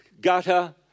gutter